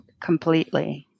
completely